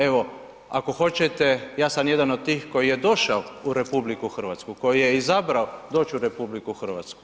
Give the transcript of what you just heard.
Evo, ako hoćete, ja sam jedan od tih koji je došao u RH, koji je izabrao doći u RH.